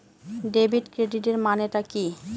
Debit ক্রেডিটের মানে টা কি?